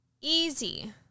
easy